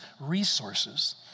resources